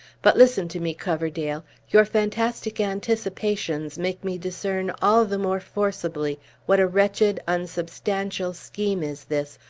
but, listen to me, coverdale. your fantastic anticipations make me discern all the more forcibly what a wretched, unsubstantial scheme is this,